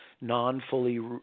non-fully